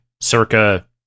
circa